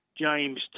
James